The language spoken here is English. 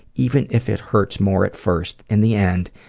even if it hurts more at first, in the end,